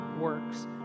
works